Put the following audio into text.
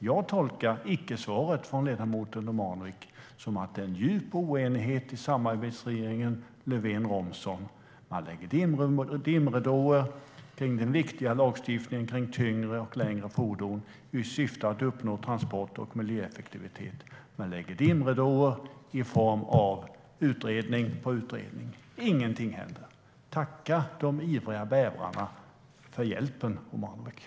Jag tolkar icke-svaret från ledamoten Omanovic som att det finns en djup oenighet i samarbetsregeringen Löfven-Romson. Man lägger dimridåer runt den viktiga lagstiftningen om tyngre och längre fordon i syfte att uppnå transport och miljöeffektivitet. Man lägger dimridåer i form av utredning på utredning. Ingenting händer. Tacka de ivriga bävrarna för hjälpen, Omanovic!